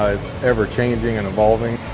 ah it's ever-changing and evolving.